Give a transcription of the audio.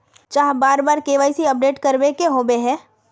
चाँह बार बार के.वाई.सी अपडेट करावे के होबे है?